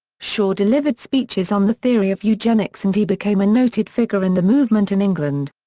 shaw delivered speeches on the theory of eugenics and he became a noted figure in the movement in england.